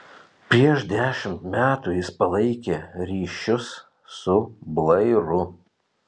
prieš dešimt metų jis palaikė ryšius su blairu